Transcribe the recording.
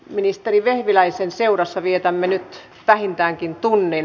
ministeri vehviläisen seurassa vietämme nyt vähintäänkin tunnin